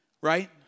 right